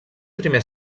primer